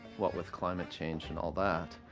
what with climate change and all that,